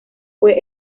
fue